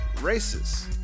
races